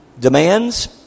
demands